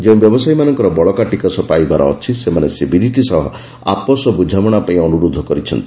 ଯେଉଁ ବ୍ୟବସାୟୀମାନଙ୍କର ବଳକା ଟିକସ ପାଇବାର ଅଛି ସେମାନେ ସିବିଡିଟି ସହ ଆପୋଷ ବୃଝାମଣା ପାଇଁ ଅନ୍ତରୋଧ କରିଛନ୍ତି